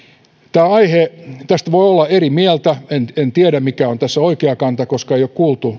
tästä aiheesta voi olla eri mieltä en en tiedä mikä on tässä oikea kanta koska ei ole kuultu